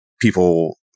people